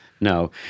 No